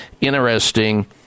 interesting